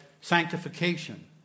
sanctification